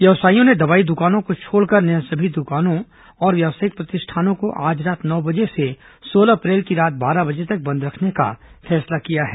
व्यावसायियों ने दवाई दुकानों को छोड़कर अन्य सभी दुकानें और व्यावसायिक प्रतिष्ठानों को आज रात नौ बजे से सोलह अप्रैल की रात बारह बजे तक बंद रखने का फैसला किया है